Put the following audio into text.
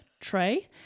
tray